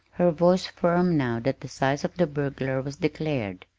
her voice firm now that the size of the burglar was declared.